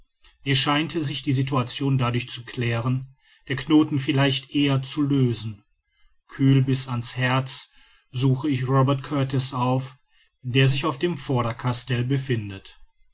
mir scheint sich die situation dadurch zu klären der knoten vielleicht eher zu lösen kühl bis an's herz suche ich robert kurtis auf der sich auf dem vordercastell befindet